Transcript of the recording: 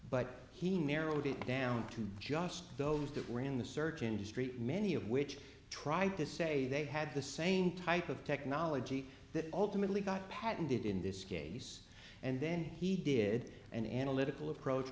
but he merrily bit down to just those that were in the search industry many of which tried to say they had the same type of technology that ultimately got patented in this case and then he did an analytical approach